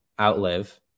Outlive